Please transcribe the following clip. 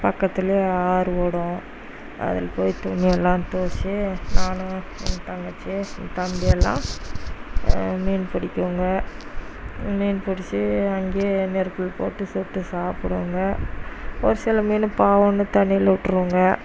பக்கத்திலே ஆறு ஓடும் அதில் போய்விட்டு மீனெலாம் பிடிச்சி நானும் என் தங்கச்சி என் தம்பி எல்லாம் மீன் பிடிக்கிவோங்க மீன் பிடிச்சி அங்கேயே நெருப்பில் போட்டு சுட்டு சாப்பிடுவோங்க ஒரு சில மீன் பாவம்னு தண்ணியில் விட்ருவோங்க